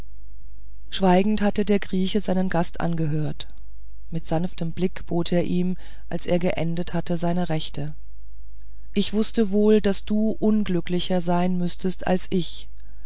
schweigend hatte der grieche seinen gast angehört mit sanftem blick bot er ihm als er geendet hatte seine rechte ich wußte wohl daß du unglücklicher sein müßtest als ich